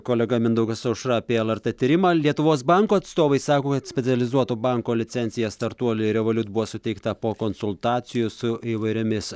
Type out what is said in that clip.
kolega mindaugas aušra apie lrt tyrimą lietuvos banko atstovai sako kad specializuoto banko licenciją startuoliui revoliut buvo suteikta po konsultacijų su įvairiomis